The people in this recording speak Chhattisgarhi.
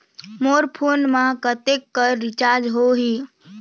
मोर फोन मा कतेक कर रिचार्ज हो ही?